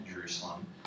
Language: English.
Jerusalem